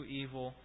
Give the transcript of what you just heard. evil